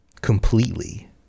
completely